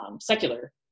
secular